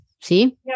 See